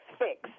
fix